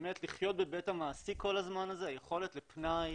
באמת לחיות בבית המעסיק כל הזמן הזה היכולת לפנאי,